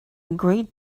great